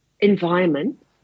environment